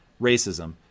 racism